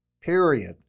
Period